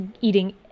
eating